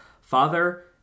Father